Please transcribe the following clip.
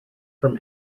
from